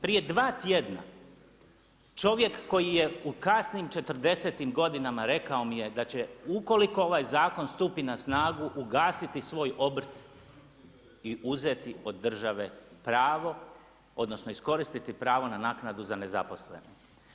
Prije dva tjedna čovjek koji je u kasnim četrdesetim godinama rekao mi je da će ukoliko ovaj zakon stupi na snagu ugasiti svoj obrt i uzeti od države pravo, odnosno iskoristiti pravo na naknadu za nezaposlene.